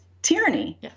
tyranny